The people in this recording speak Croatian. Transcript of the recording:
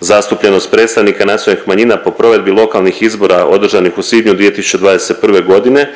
Zastupljenost predstavnika nacionalnih manjina po provedbi lokalnih izbora održanih u svibnju 2021.g.